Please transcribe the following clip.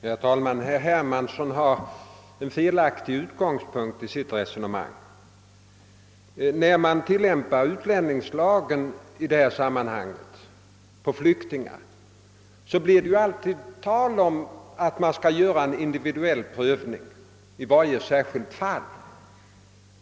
Herr talman! Herr Hermansson har en felaktig utgångspunkt för sitt resonemang. När man tillämpar utlänningslagen på flyktingar blir det ju alltid fråga om en individuell prövning av varje särskilt fall.